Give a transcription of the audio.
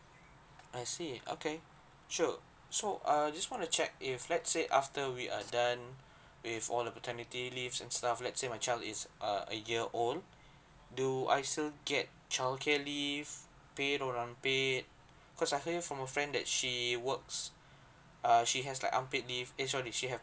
I see okay sure so err just want to check if let's say after we are done with all the paternity leaves and stuff let's say my child is uh a year old do I still get child care leave paid or unpaid cause I say from a friend that she works err she has like unpaid leave eh sorry she have